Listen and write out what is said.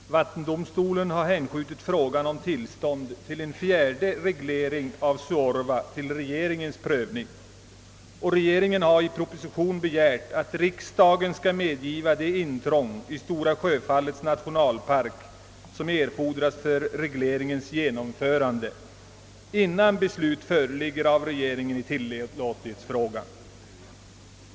Herr talman! Vattendomstolen har hänskjutit frågan om tillstånd till en fjärde reglering av Suorva till regeringens prövning. Och regeringen har i proposition begärt att riksdagen skall medgiva de intrång i Stora Sjöfallets nationalpark som erfordras för regleringens genomförande, innan beslut föreligger av regeringen i tillåtlighetsfrågan.